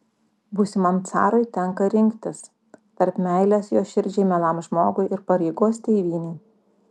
būsimam carui tenka rinktis tarp meilės jo širdžiai mielam žmogui ir pareigos tėvynei